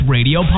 Radio